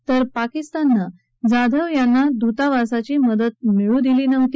तर पाकिस्तानं जाधव यांना दुतावासाची मदत मिळू दिली नव्हती